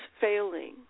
failing